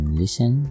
listen